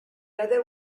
other